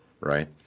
Right